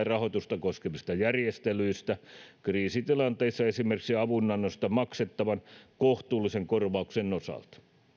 rahoitusta koskevista järjestelyistä kriisitilanteissa esimerkiksi avunannosta maksettavan kohtuullisen korvauksen osalta